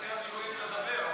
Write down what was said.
תציע מילואים, נדבר.